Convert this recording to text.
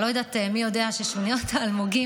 אני לא יודעת מי יודע ששוניות האלמוגים,